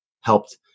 helped